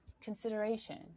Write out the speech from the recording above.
consideration